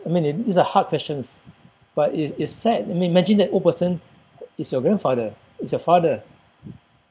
I mean it these are hard questions but it's it's sad I mean imagine that old person is your grandfather is your father